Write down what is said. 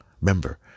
Remember